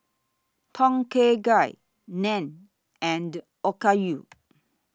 Tom Kha Gai Naan and Okayu